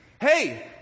Hey